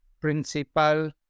principal